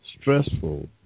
stressful